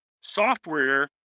software